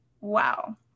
Wow